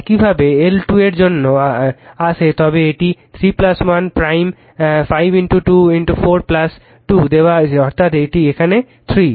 একইভাবে যদি L2 এর জন্য আসে তবে এটি 3 1 প্রাইম 5 2 4 2 দেওয়া হয়েছে অর্থাৎ এখানে এটি 3